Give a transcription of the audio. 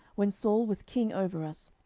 when saul was king over us,